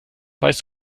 weißt